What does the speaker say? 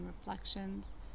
reflections